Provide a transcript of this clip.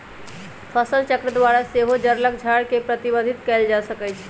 फसलचक्र द्वारा सेहो जङगल झार के प्रबंधित कएल जा सकै छइ